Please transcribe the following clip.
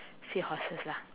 seahorses law